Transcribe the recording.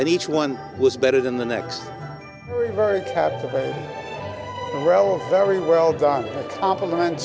and each one was better than the next very well very well done comp